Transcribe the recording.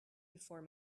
before